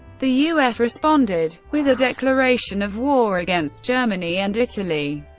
the u s. responded with a declaration of war against germany and italy.